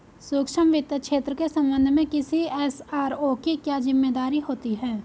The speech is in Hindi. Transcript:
सूक्ष्म वित्त क्षेत्र के संबंध में किसी एस.आर.ओ की क्या जिम्मेदारी होती है?